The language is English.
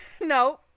no